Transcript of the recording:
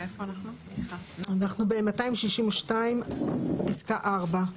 אני אומרת, ביבואן, הוא עוסק במזון.